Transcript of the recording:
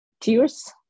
tears